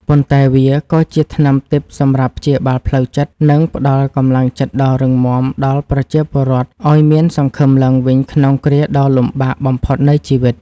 ប៉ុន្តែវាក៏ជាថ្នាំទិព្វសម្រាប់ព្យាបាលផ្លូវចិត្ត និងផ្តល់កម្លាំងចិត្តដ៏រឹងមាំដល់ប្រជាពលរដ្ឋឱ្យមានសង្ឃឹមឡើងវិញក្នុងគ្រាដ៏លំបាកបំផុតនៃជីវិត។